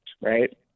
right